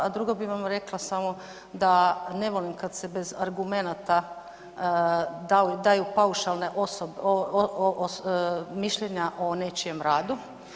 A drugo bih vam rekla samo da ne volim kada se bez argumenata daju paušalna mišljenja o nečijem radu.